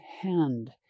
hand